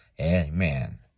Amen